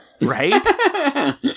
Right